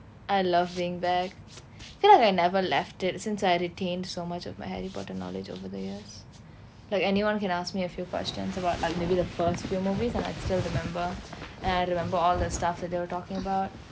I love being back I feel like I never left it since I retained so much of my harry potter knowledge over the years like anyone can ask me a few questions about like maybe the first few movies and I'd still remember and I remember all the stuff that they were talking about